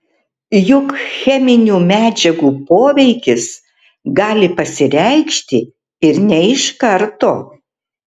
juk cheminių medžiagų poveikis gali pasireikšti ir ne iš karto